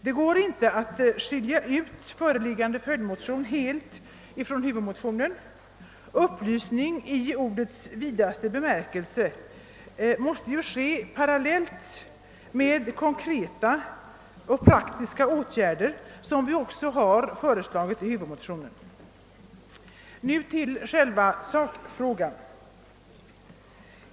Det går inte att skilja ut föreliggande följdmotion helt från huvudmotionen. Upplysning i ordets vidaste bemärkelse måste ske parallellt med konkreta och praktiska åtgärder som vi också har föreslagit i huvudmotionen. Nu till själva sakfrågan.